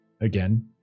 again